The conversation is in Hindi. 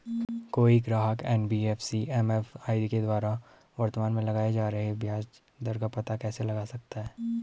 कोई ग्राहक एन.बी.एफ.सी एम.एफ.आई द्वारा वर्तमान में लगाए जा रहे ब्याज दर का पता कैसे लगा सकता है?